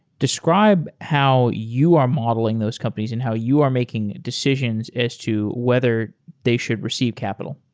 describe how you are modeling those companies and how you are making decisions as to whether they should receive capital.